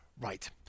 Right